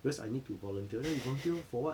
because I need to volunteer then you volunteer for what